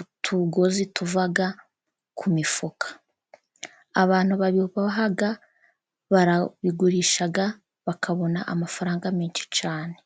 utugozi tuva ku mifuka. Abantu babiboha barabigurisha bakabona amafaranga menshi cyane.